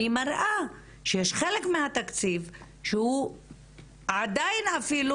אני מראה שיש חלק מהתקציב שהוא עדיין אפילו